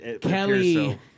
Kelly